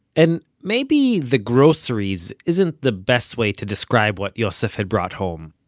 and maybe the groceries isn't the best way to describe what yosef had brought home.